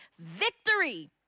victory